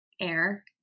air